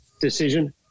decision